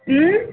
उँ